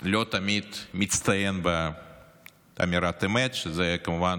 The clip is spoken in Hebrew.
לא תמיד מצטיין באמירת אמת, שזו כמובן